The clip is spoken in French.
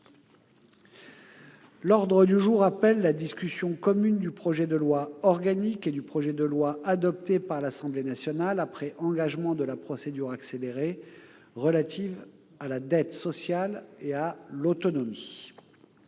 L'ordre du jour appelle la discussion commune du projet de loi organique, adopté par l'Assemblée nationale après engagement de la procédure accélérée, relatif à la dette sociale et à l'autonomie